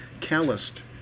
calloused